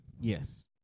Yes